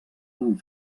amb